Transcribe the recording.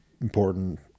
important